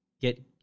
get